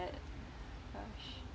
that gosh